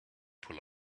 pull